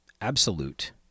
Absolute